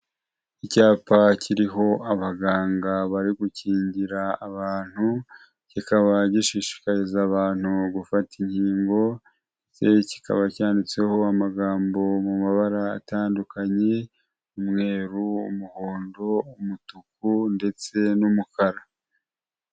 Icyapa kiriho abaganga bari gukingira abantu, kikaba gishishikariza abantu gufata inkingo, kikaba cyanditseho amagambo mu mabara atandukanye umweru, umuhondo, umutuku ndetse n'umukara.